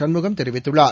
சண்முகம் தெரிவித்துள்ளார்